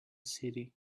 city